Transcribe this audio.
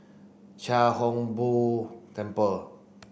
Chia Hung Boo Temple